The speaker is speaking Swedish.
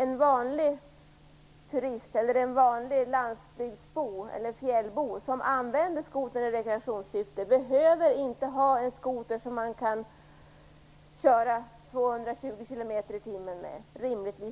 En vanlig fjällbo, som använder skoter i rekreationssyfte, behöver rimligtvis inte ha en skoter som man kan köra i 220 kilometer i timmen med. Vi har